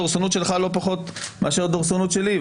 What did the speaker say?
הדורסנות שלך לא פחות מאשר הדורסנות שלי,